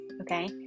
okay